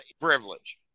privilege